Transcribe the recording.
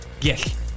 Yes